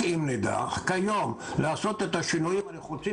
ונתנו את הפתרון של להעלות את מטוסי נוסעים,